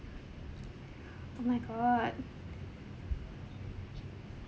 oh my god